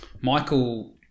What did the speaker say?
Michael